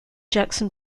jackson